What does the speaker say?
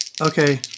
okay